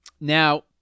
Now